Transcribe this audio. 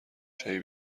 چایی